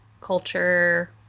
culture